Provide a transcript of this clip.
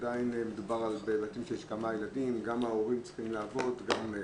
עדיין מדובר על בתים בהם יש כמה ילדים וגם ההורים צריכים לעבוד ובנוסף,